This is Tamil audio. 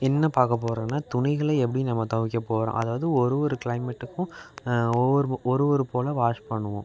என்ன பார்க்க போகிறோன்னா துணிகளை எப்படி நம்ம துவைக்க போகிறோம் அதாவது ஒரு ஒரு க்ளைமேட்டுக்கும் ஒவ்வொரு ஒரு ஒரு போல் வாஷ் பண்ணுவோம்